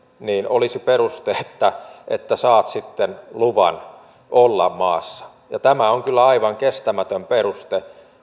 olisi peruste että saat sitten luvan olla maassa ja tämä on kyllä aivan kestämätön peruste